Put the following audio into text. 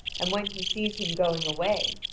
and when he sees him going away,